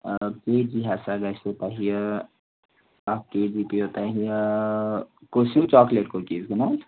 آ K G ہَسا گَژھوٕ تۄہہِ اَکھ کے جی پیٚیوٕ تۄہہِ کُس ہیٛوٗ چاکلیٹ کُکیٖز چھُنا